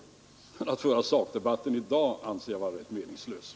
Att föra sakdebatten i dag anser jag vara rätt meningslöst.